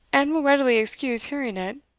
and will readily excuse hearing it.